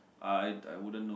I I wouldn't know